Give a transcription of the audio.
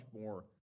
more